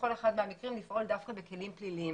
בכל אחד מהמקרים לפעול דווקא בכלים פליליים.